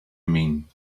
mean